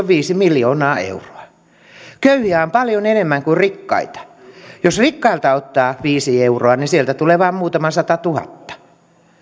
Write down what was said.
viisi miljoonaa euroa köyhiä on paljon enemmän kuin rikkaita jos rikkailta ottaa viisi euroa niin sieltä tulee vain muutama satatuhatta